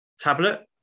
tablet